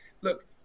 look